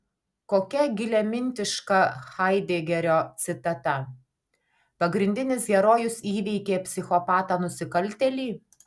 kokia giliamintiška haidegerio citata pagrindinis herojus įveikė psichopatą nusikaltėlį